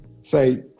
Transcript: say